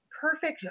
perfect